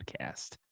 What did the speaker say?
Podcast